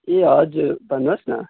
ए हजुर भन्नुहोस् न